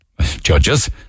judges